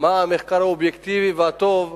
מה המחקר האובייקטיבי והטוב,